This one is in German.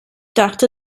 dachte